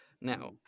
Now